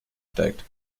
steigt